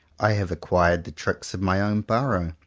i have acquired the tricks of my own burrow,